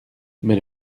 mais